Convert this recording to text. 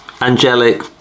angelic